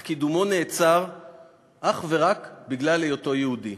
אך קידומו נעצר אך ורק בגלל היותו יהודי.